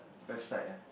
website ah